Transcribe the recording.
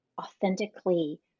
authentically